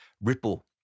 ripple